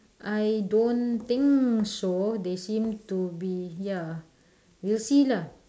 I don't think so they seem to be ya we'll see lah